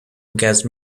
against